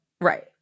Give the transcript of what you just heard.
Right